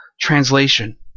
translation